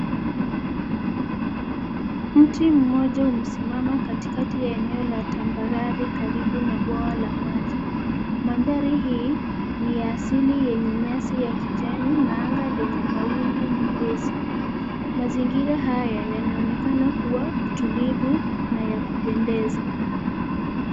Mti mmoja umesimama katika ya eneo la tambarare karibu na bwawa la maji. Mandhari hii ni ya asili yenye nyasi ya kijani na anga lenye mawingu mepesi. Mazingira haya yanaonekana kua tulivu na ya kupendeza.